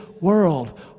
world